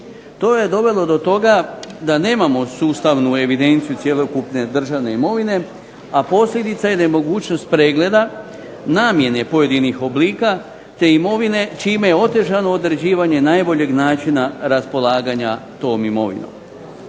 To je dovelo do toga da nemamo sustavnu evidenciju cjelokupne državne imovne, a posljedica je nemogućnost pregleda namjene pojedinih oblika, te imovine čime je otežano određivanje najboljeg načina raspolaganja tom imovinom.